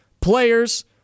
players